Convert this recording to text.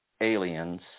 aliens